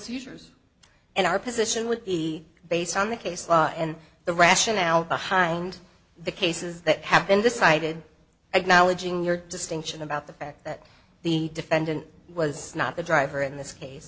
seizures and our position would be based on the case law and the rationale behind the cases that have been decided i'd knowledge in your distinction about the fact that the defendant was not the driver in this case